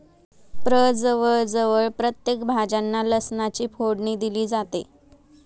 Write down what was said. प्रजवळ जवळ प्रत्येक भाज्यांना लसणाची फोडणी दिली जाते